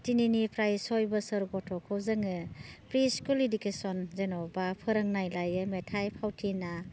टिनिनिफ्राय सय बोसोर गथ'खौ जोङो प्रि स्कुल इदुकेसन जेन'बा फोरोंनाय लायो मेथाइ फावथिना